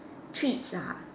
treats ah